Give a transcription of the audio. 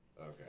Okay